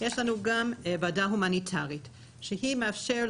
יש לנו גם ועדה הומניטרית שהיא מאפשרת